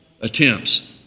attempts